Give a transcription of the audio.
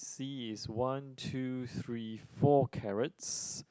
see is one two three four carrots